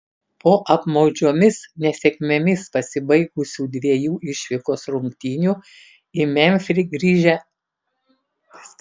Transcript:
po apmaudžiomis nesėkmėmis pasibaigusių dviejų išvykos rungtynių į memfį grįžę